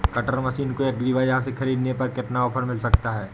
Cutter machine को agri बाजार से ख़रीदने पर कितना ऑफर मिल सकता है?